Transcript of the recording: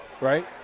right